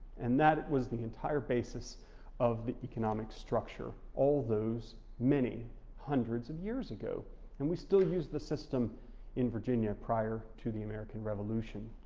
and that was the entire basis of the economic structure all those many hundreds of years ago and we still use the system in virginia prior to the american revolution.